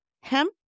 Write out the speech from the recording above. hemp